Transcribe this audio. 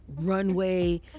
runway